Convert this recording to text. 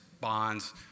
bonds